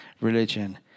religion